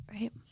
right